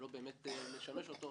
וזה כבר מראה לכם שלא צריך את החוק הזה.